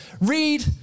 read